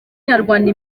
nyarwanda